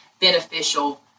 beneficial